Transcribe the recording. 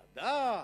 ועדה,